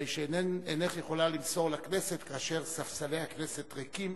הרי שאינך יכולה למסור לכנסת כאשר ספסלי הכנסת ריקים